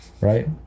right